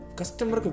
customer